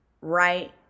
right